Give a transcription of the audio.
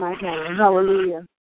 Hallelujah